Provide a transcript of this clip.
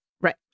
Right